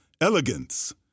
Elegance